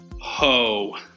Ho